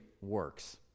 works